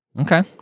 okay